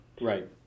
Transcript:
Right